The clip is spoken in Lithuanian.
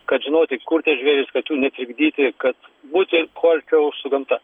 kad žinoti kur tie žvėrys kad jų netrikdyti kad būti kuo arčiau su gamta